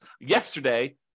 yesterday